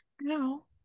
no